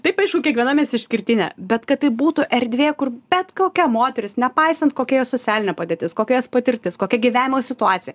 taip aišku kiekviena mes išskirtinė bet kad tai būtų erdvė kur bet kokia moteris nepaisant kokia jos socialinė padėtis kokias jos patirtis kokia gyvenimo situacija